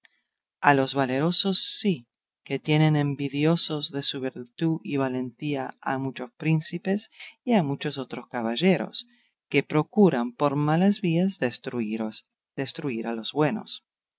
a los valerosos sí que tienen envidiosos de su virtud y valentía a muchos príncipes y a muchos otros caballeros que procuran por malas vías destruir a los buenos